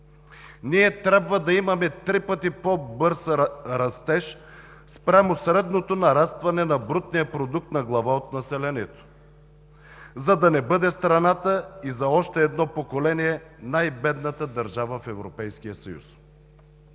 Ние трябва да имаме три пъти по-бърз растеж спрямо средното нарастване на брутния продукт на глава от населението, за да не бъде страната и за още едно поколение най-бедната държава в